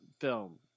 film